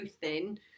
thin